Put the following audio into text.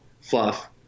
fluff